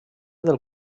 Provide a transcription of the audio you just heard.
del